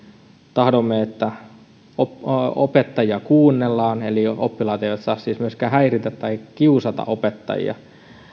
tahdomme että opettajia kuunnellaan eli oppilaat eivät saa siis myöskään häiritä tai kiusata opettajia